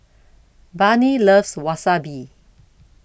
Barnie loves Wasabi